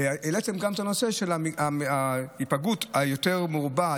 העליתם גם את הנושא של הפגיעה המרובה יותר,